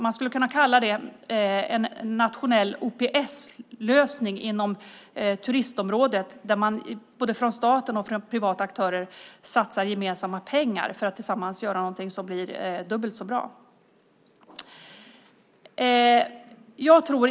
Man skulle kunna kalla det för en nationell OPS-lösning inom turistområdet där man både från staten och från privata aktörer satsar gemensamma pengar för att tillsammans göra någonting som blir dubbelt så bra.